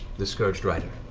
the scourged rider,